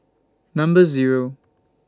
Number Zero